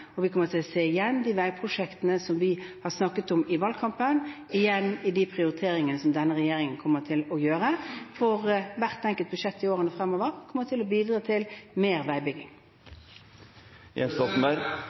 og vi kommer til å se igjen de veiprosjektene som vi har snakket om i valgkampen, i de prioriteringene som denne regjeringen kommer til å gjøre. Hvert enkelt budsjett i årene fremover kommer til å bidra til mer